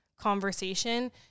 conversation